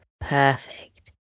Perfect